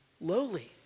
lowly